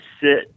sit